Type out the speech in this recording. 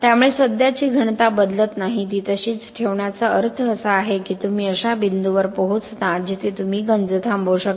त्यामुळे सध्याची घनता बदलत नाही ती तशीच ठेवण्याचा अर्थ असा आहे की तुम्ही अशा बिंदूवर पोहोचता जिथे तुम्ही गंज थांबवू शकता